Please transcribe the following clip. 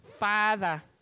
Father